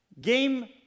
game